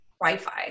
Wi-Fi